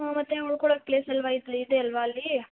ಹ್ಞೂ ಮತ್ತೆ ಉಳ್ಕೊಳ್ಳೋಕ್ಕೆ ಪ್ಲೇಸ್ ಅಲ್ವಾ ಇದೆ ಅಲ್ಲವಾ ಅಲ್ಲಿ